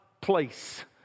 place